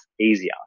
easier